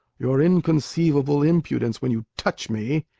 your inconceivable impudence when you touch me,